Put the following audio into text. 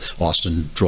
Austin